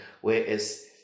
Whereas